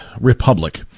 republic